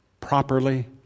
properly